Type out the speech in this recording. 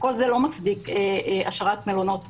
כל זה לא מצדיק השארת מלונות פתוחים.